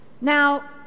Now